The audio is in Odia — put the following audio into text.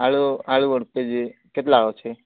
ଆଳୁ ଆଳୁ କେଜି କେତ ଲେଖାଏଁ ଅଛି